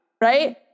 Right